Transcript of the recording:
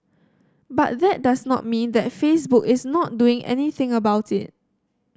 but that does not mean that Facebook is not doing anything about it